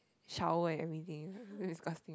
shower and everything disgusting